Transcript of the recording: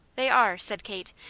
they are, said kate.